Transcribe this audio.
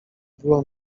było